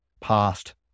past